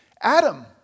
Adam